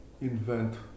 invent